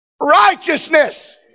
righteousness